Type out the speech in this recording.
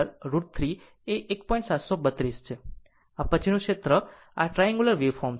અને આ હવે પછીનું તે આ ટ્રાન્ગુલર વેવફોર્મ છે